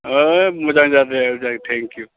मोजां जादों जा टेंकिउ